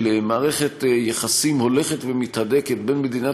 של מערכת יחסים הולכת ומתהדקת בין מדינת